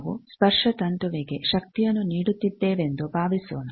ನಾವು ಸ್ಪರ್ಶತಂತುವಿಗೆ ಶಕ್ತಿಯನ್ನು ನೀಡುತ್ತಿದ್ದೇವೆಂದು ಭಾವಿಸೋಣ